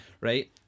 Right